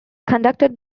conducted